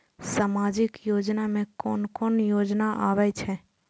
सामाजिक योजना में कोन कोन योजना आबै छै?